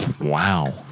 Wow